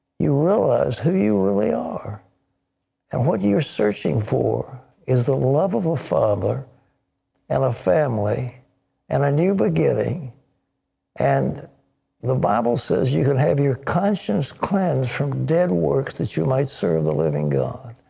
you realize who you really are and what you are searching for is the love of a father and a family and a new beginning and the bible says you have your conscience cleansed from dead work that you my survey living god.